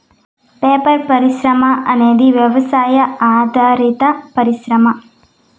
paper పరిశ్రమ అనేది వ్యవసాయ ఆధారిత పరిశ్రమ